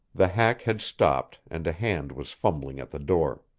the hack had stopped, and a hand was fumbling at the door.